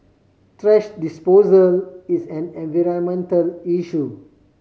thrash disposal is an environmental issue